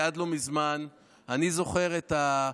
עד לא מזמן הבית הזה אני זוכר את ההצעה